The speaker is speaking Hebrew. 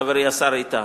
חברי השר איתן.